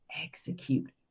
execute